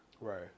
Right